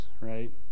right